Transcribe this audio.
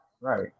Right